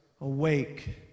awake